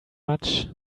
much